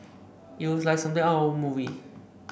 it was like something out of a movie